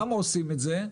למה עושים את זה?